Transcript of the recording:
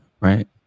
Right